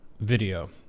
video